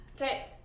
Okay